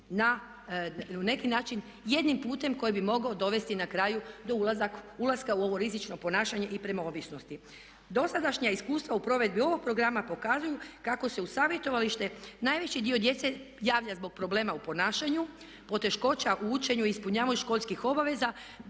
na neki način jednim putem koji bi mogao dovesti na kraju do ulaska u ovo rizično ponašanje i prema ovisnosti. Dosadašnja iskustva u provedbi ovog programa pokazuju kako se u savjetovalište najveći dio djece javlja zbog problema u ponašanju, poteškoća u učenju i ispunjavanju školskih obaveza,